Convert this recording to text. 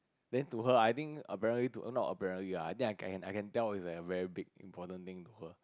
then to her I think apparently to not apparently lah I think I can I can tell it's like a very big important thing to her